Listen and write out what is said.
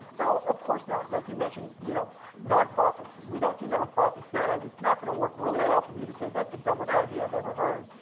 no, of course not. like you mentioned you know nonprofits. we don't do nonprofits because it's not gonna work really well for me to say, that's the dumbest idea i've ever heard,